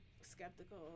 skeptical